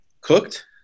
cooked